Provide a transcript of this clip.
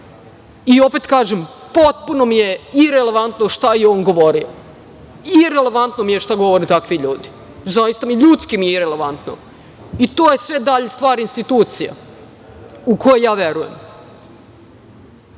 Opet kažem, potpuno mi je irelevantno šta je on govorio. Irelevantno mi je šta govore takvi ljudi. Zaista, ljudski mi je irelevantno. To je sve dalje stvar institucija u koje ja verujem. Ali,